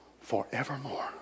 forevermore